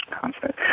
concert